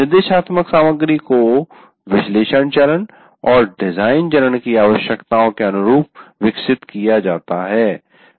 निर्देशात्मक सामग्री को विश्लेषण चरण और डिजाइन चरण की आवश्यकताओं के अनुसार विकसित किया जाता है